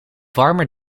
warme